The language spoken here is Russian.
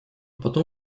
потом